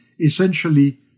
essentially